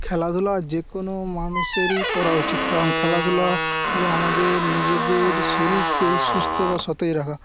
খেলাধুলা যে কোনো মানুষেরই করা উচিৎ কারণ খেলাধুলা হলো আমাদের নিজেদের শরীরকে সুস্থ বা সতেজ রাখা